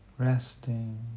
Resting